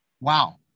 wow